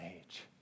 age